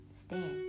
stand